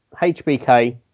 HBK